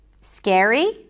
Scary